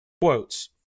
Quotes